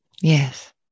Yes